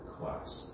request